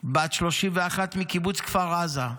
בת 31 מקיבוץ כפר עזה,